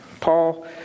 Paul